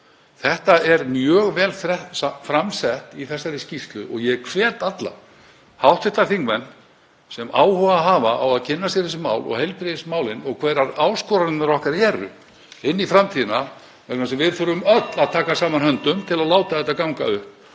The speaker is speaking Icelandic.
Þetta er mjög vel fram sett í þessari skýrslu og ég hvet alla hv. þingmenn sem áhuga hafa á að kynna sér þessi mál og heilbrigðismálin og hverjar áskoranirnar okkar eru inn í framtíðina — vegna þess að við þurfum öll að taka saman höndum til að láta þetta ganga upp